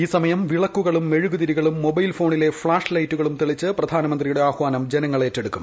ഈ സമയം വിളക്കുകളും മെഴുകുതിരികളും മൊബൈൽ ഫോണിലെ ഫ്ലാഷ് ലൈറ്റുകളും തെളിച്ച് പ്രധാനമന്ത്രിയുടെ ആഹ്വാനം ജനങ്ങൾ ഏറ്റെടുക്കും